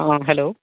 हँ हेलो